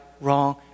wrong